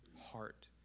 heart